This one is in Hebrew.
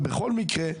בכל מקרה,